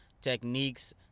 techniques